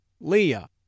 Leah